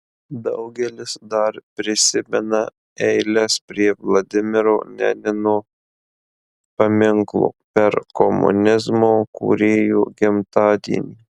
daugelis dar prisimena eiles prie vladimiro lenino paminklo per komunizmo kūrėjo gimtadienį